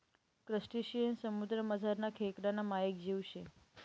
crustacean समुद्रमझारना खेकडाना मायेक जीव शे